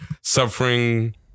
suffering